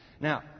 Now